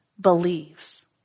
believes